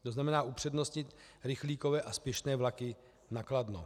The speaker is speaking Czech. To znamená upřednostnit rychlíkové a spěšné vlaky na Kladno.